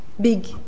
big